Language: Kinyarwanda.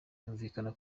yumvikana